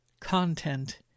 content